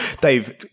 Dave